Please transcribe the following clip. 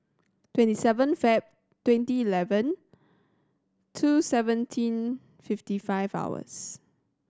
twenty seven Feb twenty eleven two seventeen fifty five hours